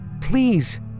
Please